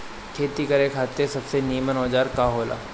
खेती करे खातिर सबसे नीमन औजार का हो ला?